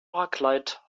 arclight